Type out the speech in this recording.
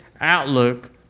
outlook